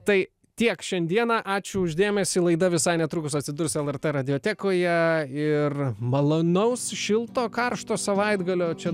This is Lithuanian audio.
tai tiek šiandieną ačiū už dėmesį laida visai netrukus atsidurs lrt radijotekoje ir malonaus šilto karšto savaitgalio čia